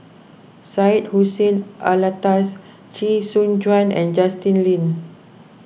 Syed Hussein Alatas Chee Soon Juan and Justin Lean